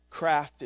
crafted